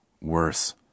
worse